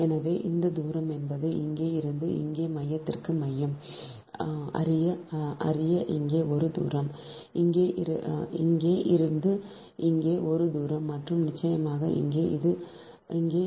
எனவே இந்த தூரம் என்பது இங்கே இருந்து இங்கே மையத்திற்கு மையம் அறிய இங்கே ஒரு தூரம் இங்கே இருந்து இங்கே இது தூரம் மற்றும் நிச்சயமாக இங்கே இங்கே